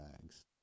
bags